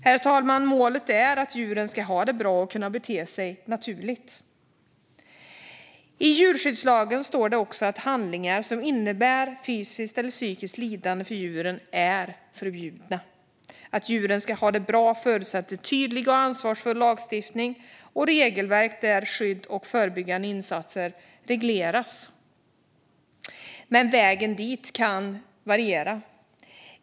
Målet, herr talman, är att djuren ska ha det bra och kunna bete sig naturligt. I djurskyddslagen står det också att handlingar som innebär fysiskt eller psykiskt lidande för djuren är förbjudna. Att djuren ska ha det bra förutsätter tydlig och ansvarsfull lagstiftning och regelverk där skydd och förebyggande insatser regleras, men vägen dit kan variera.